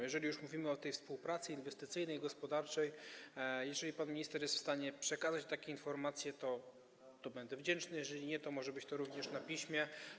Jeżeli już mówimy o współpracy inwestycyjnej i gospodarczej, jeżeli pan minister jest w stanie przekazać mi takie informacje, to będę wdzięczny, jeżeli nie, to może być to również na piśmie.